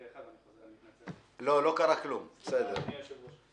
אני לא חושב